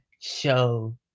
Show